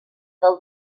del